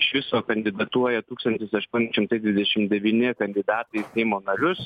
iš viso kandidatuoja tūkstantis aštuoni šimtai dvidešim devyni kandidatai į seimo narius